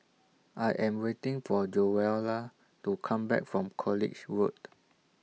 I Am waiting For Joella to Come Back from College Road